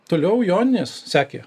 toliau joninės sekė